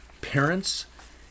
parents